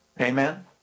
Amen